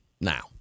Now